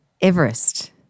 Everest